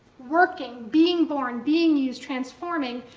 working, being born, being used, transforming,